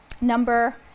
number